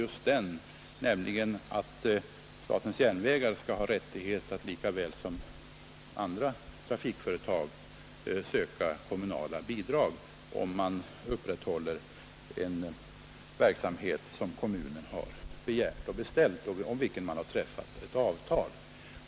Jag syftar på det förhållandet att statens järnvägar skall ha rättighet att lika väl som andra trafikföretag söka kommunala bidrag, om företaget upprätthåller en verksamhet, vilken kommunen har begärt och om vilken man har träffat ett avtal.